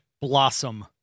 Blossom